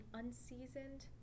unseasoned